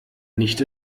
nicht